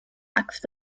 axt